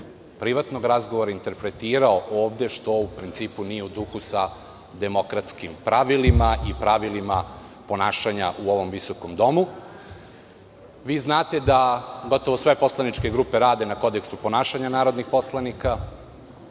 privatnog razgovora interpretirao ovde, što u principu nije u duhu sa demokratskim pravilima i pravilima ponašanja u ovom visokom domu. Vi znate da gotovo sve poslaničke grupe rade na kodeksu ponašanja narodnih poslanika.